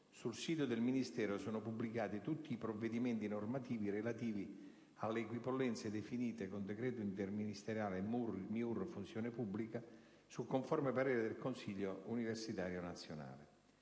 sul sito del Ministero sono pubblicati tutti i provvedimenti normativi relativi alle equipollenze definite con decreto interministeriale MIUR-Funzione pubblica, su conforme parere del Consiglio universitario nazionale.